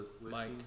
Mike